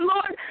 Lord